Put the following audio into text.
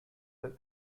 that